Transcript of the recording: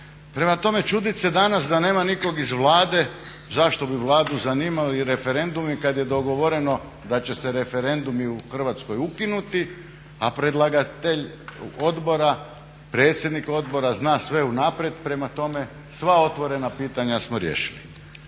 Prema tome čudit se danas da nema nikog iz Vlade zašto bi Vladu zanimali i referendumi kada je dogovoreno da će se referendumi u Hrvatskoj ukinuti a predlagatelj odbora, predsjednik odbora zna sve unaprijed, prema tome sva otvorena pitanja smo riješili.